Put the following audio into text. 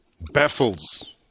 baffles